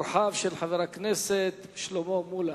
אורחיו של חבר הכנסת שלמה מולה.